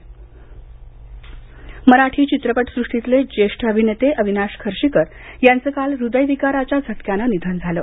खर्शीकर निधन मराठी चित्रपटसृष्टीतले ज्येष्ठ अभिनेते अविनाश खर्शीकर याचं काल हृदय विकाराच्या झटक्यांनं निधन झालं